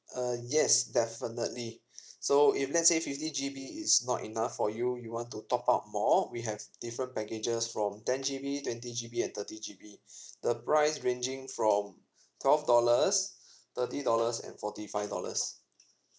uh yes definitely so if let's say fifty G_B is not enough for you you want to top up more we have different packages from ten G_B twenty G_B and thirty G_B the price ranging from twelve dollars thirty dollars and forty five dollars